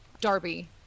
Darby